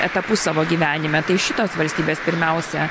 etapus savo gyvenime tai šitos valstybės pirmiausia